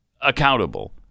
accountable